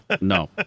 no